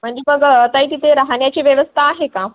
म्हणजे मग ताई तिथे राहण्याची व्यवस्था आहे का